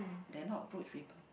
dare not approach people